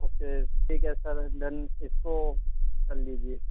okay ٹھیک ہے sir done اس کو کر لیجیے